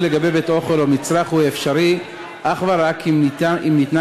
לגבי בית-אוכל או מצרך הוא אפשרי אך ורק אם ניתנה